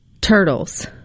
turtles